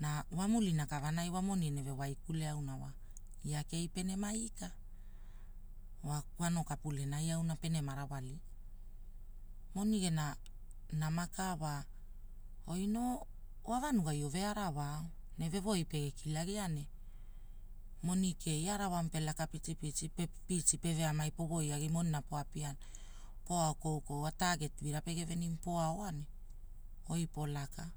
Na wamulina kavanai wamoni ene waikule aunawa, ia kei penema ika. Wa kwano kapulenai auna penema rawalia. Moni gena, nama ka wa, oi noo wavanugai ove arawao, ne vewoi pege kilagia ne, moni kea arawamu pelaka pitipiti- peve amai po woiagi monina poapia. Poao koukoua taaket vira pege venimu poaoa ne, oi polaka.